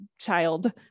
child